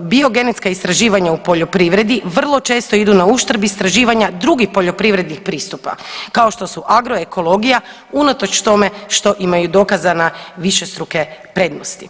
biogenetska istraživanja u poljoprivredi vrlo često idu na uštrb istraživanja drugih poljoprivrednih pristupa kao što su agroekologija unatoč tome što imaju dokazane višestruke prednosti.